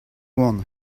boan